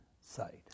side